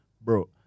Bro